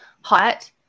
hot